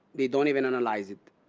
they don't even analyze it.